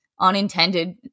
unintended